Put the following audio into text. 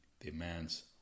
demands